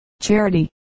charity